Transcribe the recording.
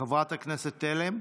חברת הכנסת תלם,